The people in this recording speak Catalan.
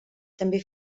també